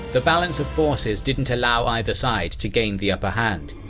the balance of forces didn't allow either side to gain the upper hand,